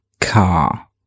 car